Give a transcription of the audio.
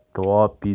top